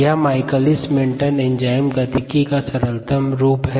यह Michaelis Menten enzyme गतिकी का सरतम रूप है